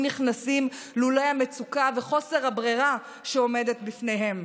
נכנסים לולא המצוקה וחוסר הברירה שבפניהם.